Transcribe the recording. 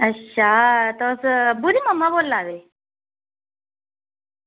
अच्छा तुस अब्बु दे मम्मा बोला दे